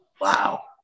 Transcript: Wow